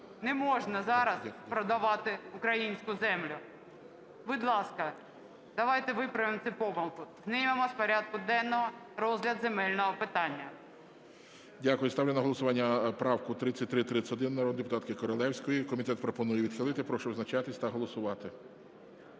Не можна зараз продавати українську землю. Будь ласка, давайте виправимо цю помилку, знімемо з порядку денного розгляд земельного питання. ГОЛОВУЮЧИЙ. Дякую. Ставлю на голосування правку 3331 народної депутатки Королевської. Комітет пропонує відхилити. Прошу визначатись та голосувати.